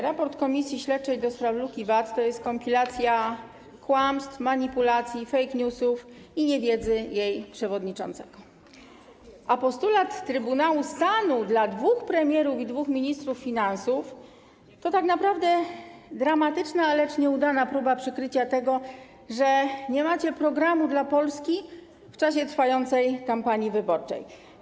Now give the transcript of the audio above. Raport komisji śledczej do spraw luki VAT to jest kompilacja kłamstw, manipulacji, fake news i niewiedzy jej przewodniczącego, a postulat postawienia przed Trybunałem Stanu dwóch premierów i dwóch ministrów finansów to tak naprawdę dramatyczna, lecz nieudana próba przykrycia tego, że nie macie programu dla Polski w czasie trwającej kampanii wyborczej.